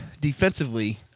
defensively